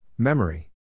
Memory